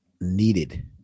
needed